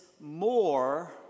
more